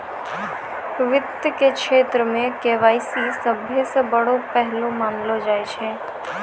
वित्त के क्षेत्र मे के.वाई.सी सभ्भे से बड़ो पहलू मानलो जाय छै